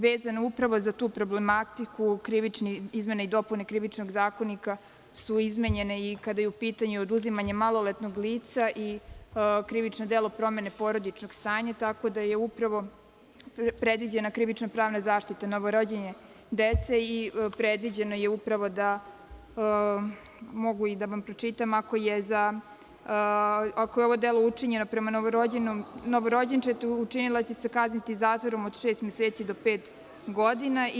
Vezano upravo za tu problematiku, izmene i dopune Krivičnog zakonika su izmenjene i kada je u pitanju oduzimanje maloletnog lica i krivično delo promene porodičnog stanja, tako da je upravo predviđena krivično-pravna zaštita novorođene dece i predviđeno je upravo, mogu i da vam pročitam: „Ako je ovo delo učinjeno prema novorođenčetu, učinilac će se kazniti zatvorom od šest meseci do pet godina“